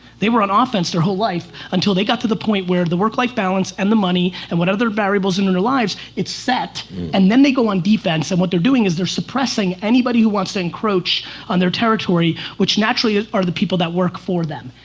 they were on ah offense their whole life until they got to the point where the work life balance and the money and what other variables in their lives, it's set and then they go on defense. and what they're doing is they're suppressing anybody who wants to encroach on their territory which naturally are the people that work for them.